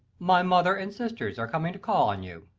my mother and sisters are coming to call on you,